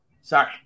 Sorry